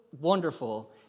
wonderful